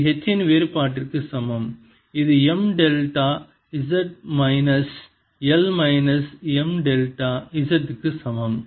இது H இன் வேறுபாட்டிற்கு சமம் இது M delta z minus L minus M delta z க்கு சமம்